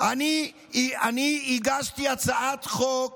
אני הגשתי הצעת חוק